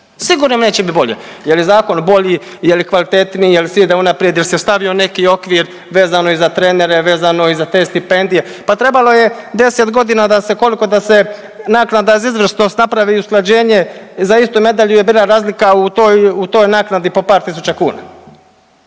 Sigurno neće biti bolje. Jel je zakon bolji, je li kvalitetniji, je li se ide unaprijed, jel se stavio neki okvir vezano i za trenere, vezano i za te stipendije, pa trebalo je 10 godina da koliko da se naknada za izvrsnost napravi usklađenje za istu medalju je bila razlika u toj, u toj naknadi po par tisuća kuna.